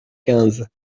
quinze